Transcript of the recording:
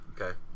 okay